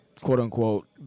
quote-unquote